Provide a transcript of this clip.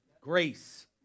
Grace